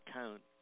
count